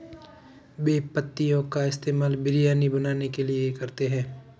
बे पत्तियों का इस्तेमाल बिरयानी बनाने के लिए करते हैं